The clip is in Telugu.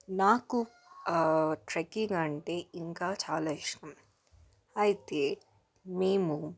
నాకు ఆ ట్రెక్కింగ్ అంటే ఇంకా చాలా ఇష్టం అయితే మేము